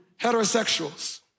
heterosexuals